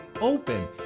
open